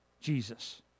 Jesus